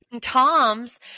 toms